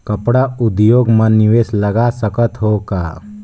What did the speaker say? कपड़ा उद्योग म निवेश लगा सकत हो का?